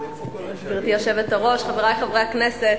גברתי היושבת-ראש, חברי חברי הכנסת,